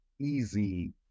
easy